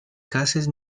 cases